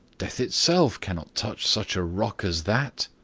death itself can't touch such a rock as that.